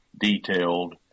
detailed